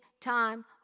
time